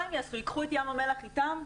ייקחו את ים המלח אתם?